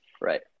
right